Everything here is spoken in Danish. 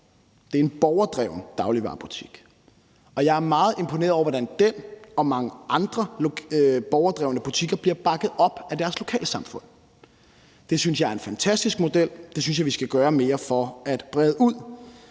Det er en borgerdrevet dagligvarebutik, og jeg er meget imponeret over, hvordan den og mange andre borgerdrevne butikker bliver bakket op af deres lokalsamfund. Det synes jeg er en fantastisk model. Det synes jeg vi skal gøre mere for at brede ud,